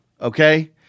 Okay